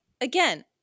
again